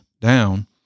down